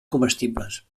comestibles